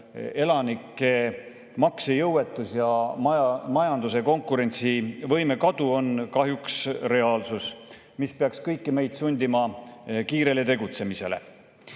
elanike maksejõuetus ja majanduse konkurentsivõime kadu on kahjuks reaalsus, mis peaks kõiki meid sundima kiirele tegutsemisele.